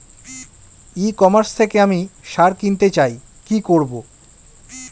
E commerce থেকে আমি সার কিনতে চাই কি করব?